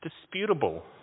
disputable